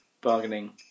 bargaining